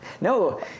No